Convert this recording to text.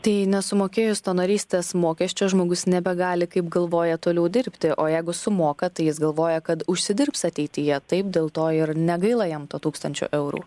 tai nesumokėjus to narystės mokesčio žmogus nebegali kaip galvoja toliau dirbti o jeigu sumoka tai jis galvoja kad užsidirbs ateityje taip dėl to ir negaila jam to tūkstančio eurų